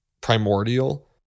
primordial